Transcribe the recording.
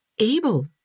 able